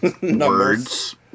words